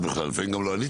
ודבר